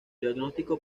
diagnóstico